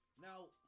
Now